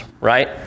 right